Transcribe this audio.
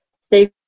stay